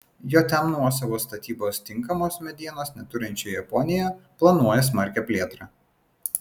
jm nuosavos statybos tinkamos medienos neturinčioje japonijoje planuoja smarkią plėtrą